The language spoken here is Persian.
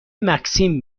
مکسیم